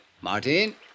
Martin